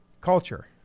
Culture